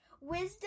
wisdom